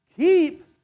keep